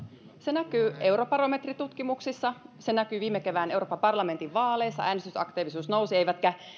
se näkyy eurobarometritutkimuksissa se näkyi viime kevään euroopan parlamentin vaaleissa äänestysaktiivisuus nousi eivätkä